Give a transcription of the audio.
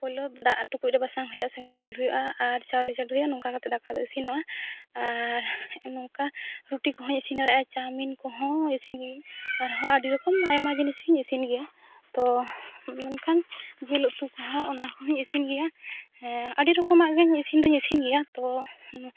ᱯᱩᱭᱞᱩ ᱫᱟᱜ ᱴᱩᱠᱩᱡ ᱨᱮ ᱪᱚᱸᱫᱟ ᱦᱩᱭᱩᱜᱼᱟ ᱥᱮᱝᱜᱮᱞ ᱡᱩᱞ ᱦᱩᱭᱩᱜᱼᱟ ᱟᱨ ᱪᱟᱣᱞᱮ ᱪᱟᱹᱰᱩ ᱦᱩᱭᱩᱜᱼᱟ ᱱᱚᱝᱠᱟ ᱠᱟᱛᱮ ᱫᱟᱠᱟ ᱫᱚ ᱤᱥᱤᱱᱚᱜᱼᱟ ᱟᱨ ᱱᱚᱝᱠᱟ ᱨᱩᱴᱤ ᱠᱚᱦᱚᱸ ᱤᱥᱤᱱ ᱫᱟᱲᱮᱭᱟᱜᱼᱟ ᱪᱟᱣᱢᱤᱱ ᱠᱚᱦᱚᱸ ᱤᱥᱤᱱᱜᱮ ᱟᱨᱦᱚ ᱟᱹᱰᱤ ᱨᱚᱠᱚᱢ ᱟᱭᱢᱟ ᱡᱤᱱᱤᱥ ᱤᱧ ᱤᱥᱤᱱ ᱜᱮᱭᱟ ᱢᱮᱱᱠᱷᱟᱱ ᱡᱤᱞ ᱩᱛᱩ ᱠᱚᱦᱚᱸ ᱚᱱᱟ ᱠᱚᱦᱚᱸ ᱤᱧ ᱤᱥᱤᱱ ᱜᱮᱭᱟ ᱦᱮᱸ ᱟᱹᱰᱤ ᱨᱚᱠᱚᱢᱟᱜ ᱤᱥᱤᱱ ᱫᱚᱹᱧ ᱤᱥᱤᱱ ᱜᱮᱭᱟ ᱛᱳ